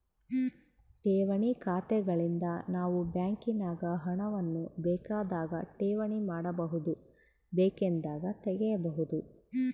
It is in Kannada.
ಠೇವಣಿ ಖಾತೆಗಳಿಂದ ನಾವು ಬ್ಯಾಂಕಿನಾಗ ಹಣವನ್ನು ಬೇಕಾದಾಗ ಠೇವಣಿ ಮಾಡಬಹುದು, ಬೇಕೆಂದಾಗ ತೆಗೆಯಬಹುದು